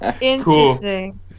Interesting